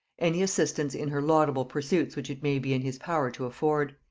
any assistance in her laudable pursuits which may be in his power to afford.